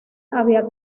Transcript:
había